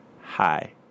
hi